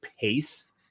pace